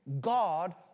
God